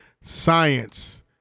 science